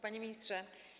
Panie Ministrze!